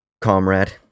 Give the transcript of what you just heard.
Comrade